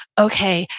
okay,